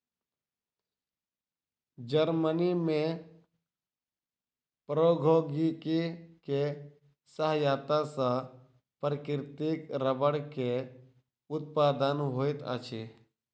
Germany में प्रौद्योगिकी के सहायता सॅ प्राकृतिक रबड़ के उत्पादन होइत अछि